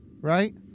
right